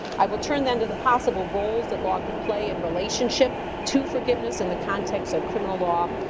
i will turn then to the possible roles that law can play in relationship to forgiveness in the context of criminal law,